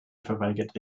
verweigerte